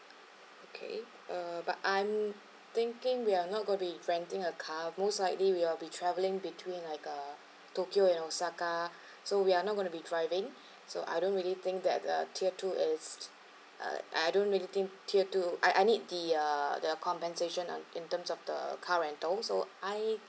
okay uh but I'm thinking we are not going to be renting a car most likely we will be travelling between like uh tokyo and osaka so we are not going to be driving so I don't really think that the tier two is uh I don't really think tier two I I need the uh the compensation on in terms of the car rental so I